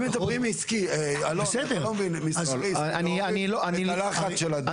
הם מדברים עסקי אלון אתה לא מבין את הלחץ של הדיון.